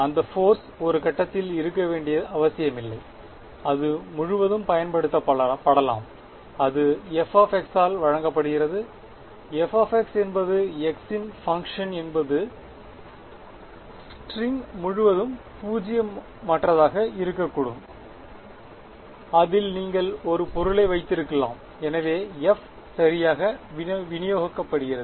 அந்த போர்ஸ் ஒரு கட்டத்தில் இருக்க வேண்டிய அவசியமில்லை அது முழுவதும் பயன்படுத்தப்படலாம் அது f ஆல் வழங்கப்படுகிறது f என்பது x இன் பங்ஷன் என்பது ஸ்ட்ரிங் முழுவதும் பூஜ்ஜியமற்றதாக இருக்கக்கூடும் அதில் நீங்கள் ஒரு பொருளை வைத்திருக்கலாம் எனவே f சரியாக விநியோகிக்கப்படுகிறது